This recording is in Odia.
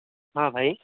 ହଁ ଭାଇ